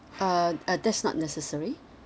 uh uh that's not necessary